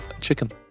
Chicken